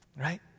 right